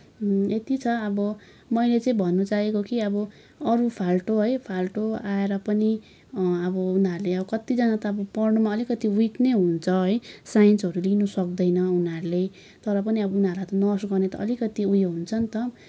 यति छ अब मैले चाहिँ भन्न चाहेको चाहिँ अब अरू फाल्टु है फाल्टु आएर पनि अब उनीहरूले अब कतिजना त पढनमा अलिकति विक नै हुन्छ है साइन्सहरू लिनु सक्दैन उनीहरूले तर पनि उनीहरूलाई त नर्स गर्ने अलिकति उयो हुन्छ नि त